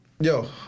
yo